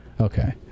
Okay